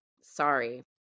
sorry